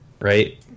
right